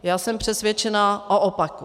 Já jsem přesvědčena o opaku.